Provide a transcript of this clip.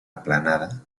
aplanada